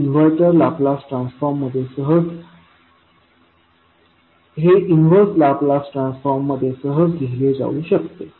हे inverse Laplace transform मध्ये सहज लिहिले जाऊ शकते